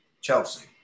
Chelsea